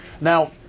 Now